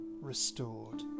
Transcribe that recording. restored